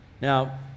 Now